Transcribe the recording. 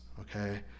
okay